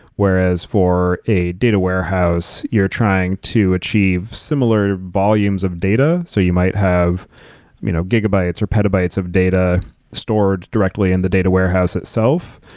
whereas for a data warehouse, you're trying to achieve similar volumes of data. so you might have you know gigabytes or petabytes of data stored directly in the data warehouse itself,